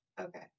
Okay